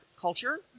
culture